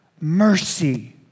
mercy